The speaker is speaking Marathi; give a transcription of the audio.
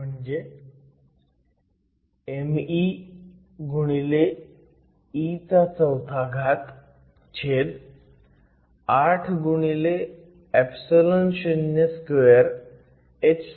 ते म्हणजे mee48o2h2 असं आहे